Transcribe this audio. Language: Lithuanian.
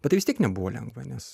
bet tai vis tiek nebuvo lengva nes